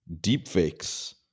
deepfakes